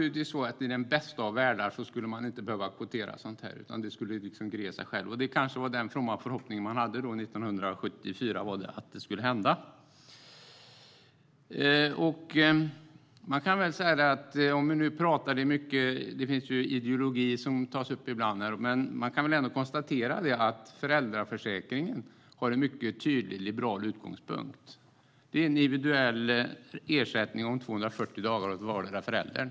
I den bästa av världar skulle vi inte behöva kvotera sådant här, utan det skulle ge sig självt. År 1974 hade man kanske en from förhoppning om att det skulle bli så. Ibland tas ideologier upp, och föräldraförsäkringen har en tydlig liberal utgångspunkt. Det är en individuell ersättning under 240 dagar för vardera föräldern.